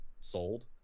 sold